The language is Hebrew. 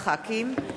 מרינה סולודקין,